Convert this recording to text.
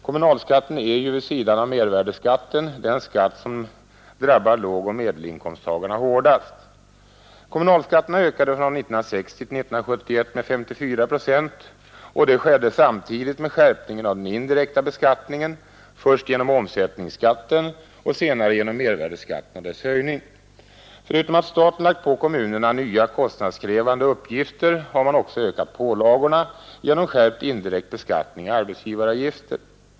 Kommunalskatten är vid sidan av mervärdeskatten den skatt som drabbar lågoch medelinkomsttagarna hårdast. Kommunalskatterna ökade från 1960 till 1971 med 54 procent. Det skedde samtidigt med skärpningen av den indirekta beskattningen — först genom omsättningsskatten och sedan genom mervärdeskatten och dess höjning. Förutom att staten lagt på kommunerna nya kostnadskrävande uppgifter har staten också ökat pålagorna genom skärpt indirekt beskattning och arbetsgivaravgift.